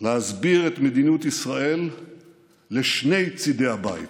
בלהסביר את מדיניות ישראל לשני צידי הבית,